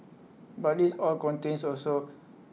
but this oil contains also